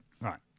right